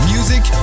Music